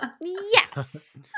Yes